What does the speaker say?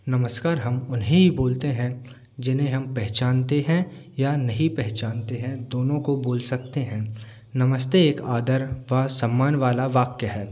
नमस्कार हम उन्हें ही बोलते हैं जिन्हें हम पहचानते हैं या नहीं पहचानते हैं दोनों को बोल सकते हैं नमस्ते एक आदर व सम्मान वाला वाक्य है